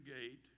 gate